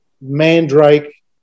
Mandrake